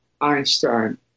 Einstein